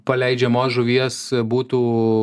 paleidžiamos žuvies būtų